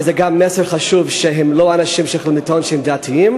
וזה גם מסר חשוב: שהם לא יכולים לטעון שהם דתיים.